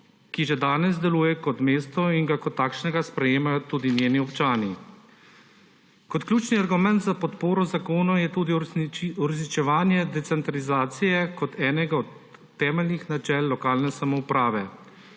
ki že danes deluje kot mesto in ga kot takšnega sprejemajo tudi njeni občani. Ključni argument za podporo zakonu je tudi uresničevanje decentralizacije kar je eno od temeljnih načel lokalne samouprave.